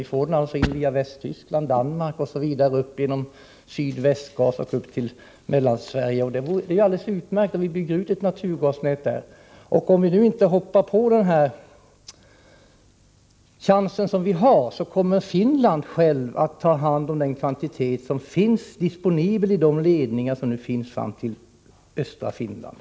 Vi får den alltså via Västtyskland, Danmark osv. upp genom Sydvästgas och upp till Mellansverige. Det är alltså utmärkt om vi bygger ut ett naturgasnät där. Om vi nu inte tar den här chansen som vi har, kommer Finland självt att ta hand om den kvantitet som finns disponibel i de ledningar som nu finns ända fram till östra Finland.